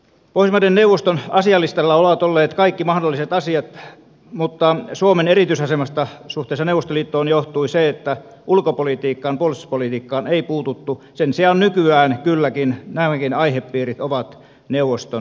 pohjoismaiden neuvoston asialistalla ovat olleet kaikki mahdolliset asiat mutta suomen erityisasemasta suhteessa neuvostoliittoon johtui se että ulkopolitiikkaan puolustuspolitiikkaan ei puututtu sen sijaan nykyään kylläkin nämäkin aihepiirit ovat neuvoston asialistalla